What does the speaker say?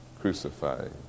crucified